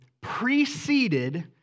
preceded